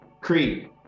Creed